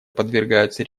подвергаются